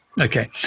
Okay